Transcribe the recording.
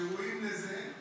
שראויים לזה.